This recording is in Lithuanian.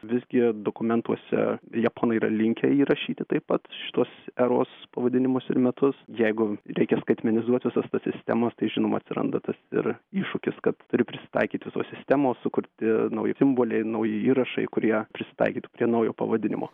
visgi dokumentuose japonai yra linkę įrašyti taip pat šituos eros pavadinimus ir metus jeigu reikia skaitmenizuot visas tas sistemas tai žinoma atsiranda tas ir iššūkis kad turi prisitaikyt visos sistemos sukurti nauji simboliai nauji įrašai kurie prisitaikytų prie naujo pavadinimo